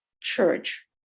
church